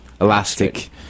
elastic